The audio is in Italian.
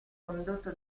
condotto